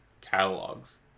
catalogs